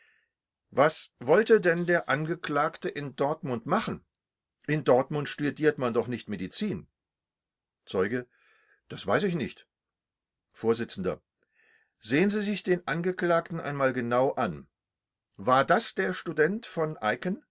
was wollte denn der angeklagte in dortmund machen in dortmund studiert man doch nicht medizin zeuge das weiß ich nicht vors sehen sie sich den angeklagten einmal genau an war das der student v eicken